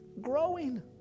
growing